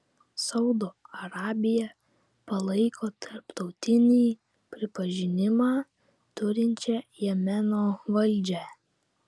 saudo arabija palaiko tarptautinį pripažinimą turinčią jemeno valdžią